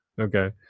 okay